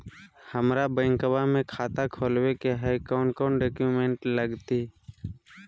हमरा बैंकवा मे खाता खोलाबे के हई कौन कौन डॉक्यूमेंटवा लगती?